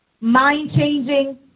mind-changing